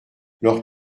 leur